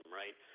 right